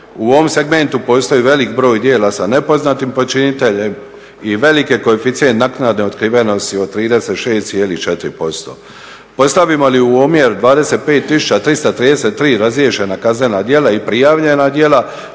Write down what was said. U ovom segmentu postoji veliki broj djela sa nepoznatim počiniteljem i velik je koeficijent naknade otkrivenosti od 36,4%. Postavimo li u omjer 25 tisuća 333 razriješena kaznena djela i prijavljena djela